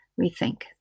Rethink